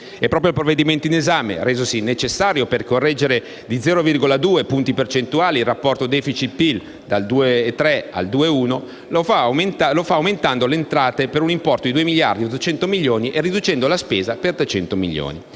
E proprio il provvedimento in esame, resosi necessario per correggere di 0,2 punti percentuali il rapporto *deficit*-PIL, dal 2,3 al 2,1, lo fa aumentando le entrate per un importo di 2 miliardi e 800 milioni e riducendo la spesa per 300 milioni.